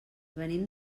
venim